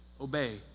obey